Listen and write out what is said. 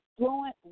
Fluent